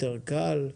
יותר קל?